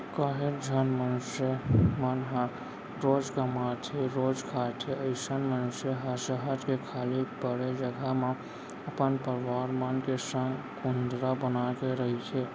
काहेच झन मनसे मन ह रोजे कमाथेरोजे खाथे अइसन मनसे ह सहर के खाली पड़े जघा म अपन परवार मन के संग कुंदरा बनाके रहिथे